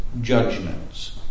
judgments